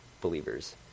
believers